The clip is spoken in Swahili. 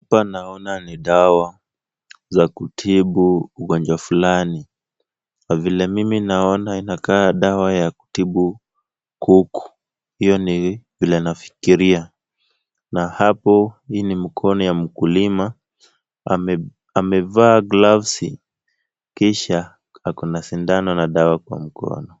Hapa naona ni dawa za kutibu ugonjwa fulani. Na vile mimi naona inakaa dawa ya kutibu kuku. Hiyo ni vile nafikiria. Na hapo hii ni mkono ya mkulima. Amevaa glovesi . Kisha ako na sindano na dawa kwa mkono.